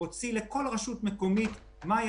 הוציא לכל רשות מקומית פירוט מה היא